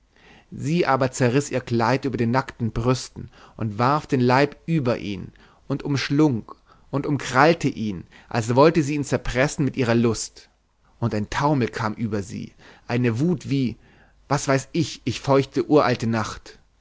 sie aber zerriß ihr kleid über den nackten brüsten und warf den leib über ihn und umschlang und umkrallte ihn als wollte sie ihn zerpressen mit ihrer lust und ein taumel kam über sie eine wut wie was weiß ich ich feuchte uralte nacht